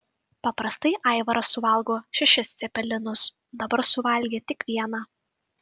paprastai aivaras suvalgo šešis cepelinus dabar suvalgė tik vieną